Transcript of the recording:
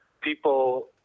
people